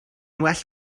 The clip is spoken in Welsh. well